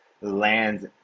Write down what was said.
lands